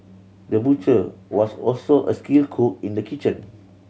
the butcher was also a skilled cook in the kitchen